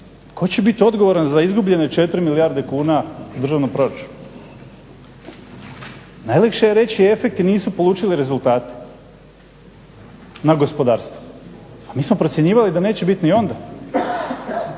tko će biti odgovoran za izgubljene 4 milijarde kuna državnog proračuna, najlakše je reći, efekti nisu polučili rezultate na gospodarstvo. Mi smo procjenjivali da neće biti ni onda,